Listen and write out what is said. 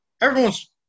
everyone's